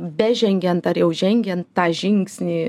bežengiant ar jau žengiant tą žingsnį